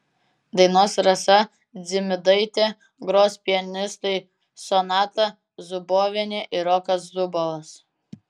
dainuos rasa dzimidaitė gros pianistai sonata zubovienė ir rokas zubovas